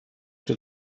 czy